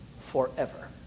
Forever